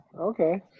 Okay